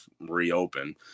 reopen